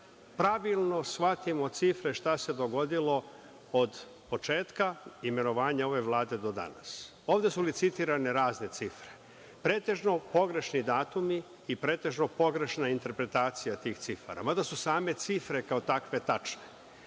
pravilno shvatimo cifre šta se dogodilo od početka imenovanja ove Vlade do danas. Ovde su licitirane razne cifre. Pretežno pogrešni datumi i pretežno pogrešna interpretacija tihi cifara, mada su same cifre kao takve tačne. Reći